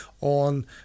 on